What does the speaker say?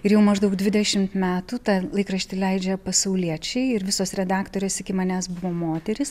ir jau maždaug dvidešimt metų tą laikraštį leidžia pasauliečiai ir visos redaktorės iki manęs buvo moterys